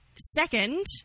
Second